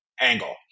angle